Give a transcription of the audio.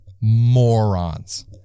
Morons